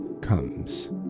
comes